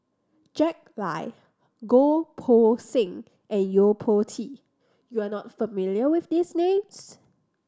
Jack Lai Goh Poh Seng and Yo Po Tee you are not familiar with these names